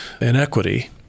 inequity